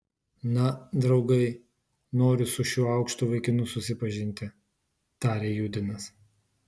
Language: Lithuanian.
na draugai noriu su šiuo aukštu vaikinu susipažinti tarė judinas